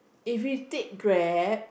if we take Grab